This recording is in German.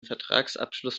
vertragsabschluss